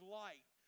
light